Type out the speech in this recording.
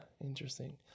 interesting